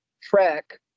track